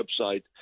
website